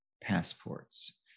passports